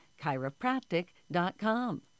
chiropractic.com